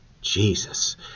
Jesus